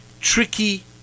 tricky